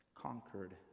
conquered